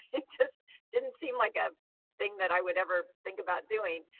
it just didn't seem like a thing that i would ever think about doing.